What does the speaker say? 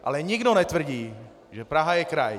Ale nikdo netvrdí, že Praha je kraj.